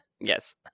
Yes